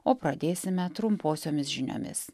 o pradėsime trumposiomis žiniomis